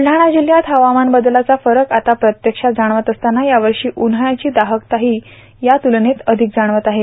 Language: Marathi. बुलढाणा जिल्हयात हवामान बदलाचा फरक आता प्रत्यक्ष जाणवत असतानाच यावर्षी उन्हाळ्याची दाहकताही तुलनेनं अधिक जाणवत आहे